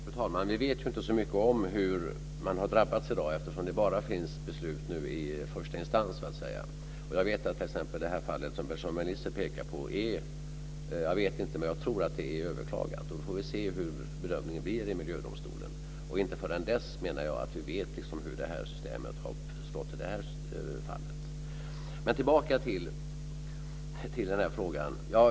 Fru talman! Vi vet inte så mycket om hur man har drabbats i dag, eftersom det bara finns beslut i första instans. Jag tror att det här fallet, som Per-Samuel Nisser pekar på, är överklagat. Vi får se hur bedömningen blir i miljödomstolen. Inte förrän dess vet vi hur systemet har slagit i det här fallet. Tillbaka till frågan.